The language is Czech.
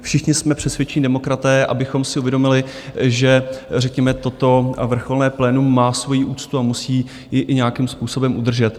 Všichni jsme přesvědčení demokraté, abychom si uvědomili, že řekněme toto vrcholné plénum má svoji úctu a musí ji i nějakým způsobem udržet.